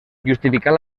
justificant